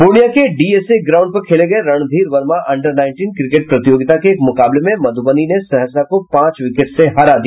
पूर्णिया के DSA ground पर खेले गये Randhir Verma under nineteen cricket प्रतियोगिता के एक मुकाबले में मध्रबनी ने सहरसा को पांच विकेट से हरा दिया